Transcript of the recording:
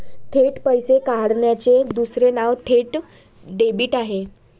थेट पैसे काढण्याचे दुसरे नाव थेट डेबिट आहे